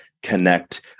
Connect